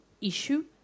issue